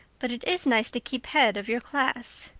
but it is nice to keep head of your class.